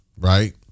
Right